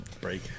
break